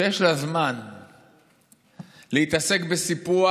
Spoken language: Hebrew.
שיש לה זמן להתעסק בסיפוח,